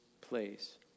place